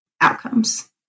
outcomes